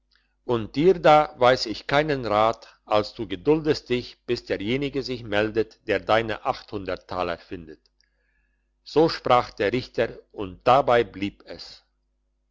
und dir da weiss ich keinen rat als du geduldest dich bis derjenige sich meldet der deine taler findet so sprach der richter und dabei blieb es